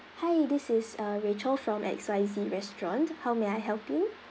hi this is uh rachel from X Y Z restaurant how may I help you